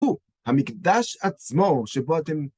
הוא המקדש עצמו שבו אתם...